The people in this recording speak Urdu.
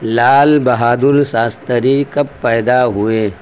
لال بہادر شاستری کب پیدا ہوئے